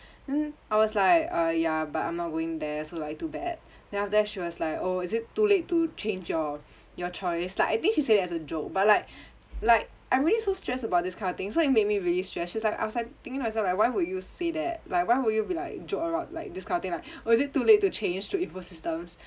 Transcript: I was like uh ya but I'm not going there so like too bad then after that she was like oh is it too late to change your your choice like I think she say that as a joke but like like I'm already so stressed about this kind of thing so it made me really stressed she was like I was like thinking I was like thinking to myself why would you say that like why would you be like joke around like this kind of thing like oh is it too late to change to info systems